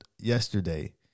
yesterday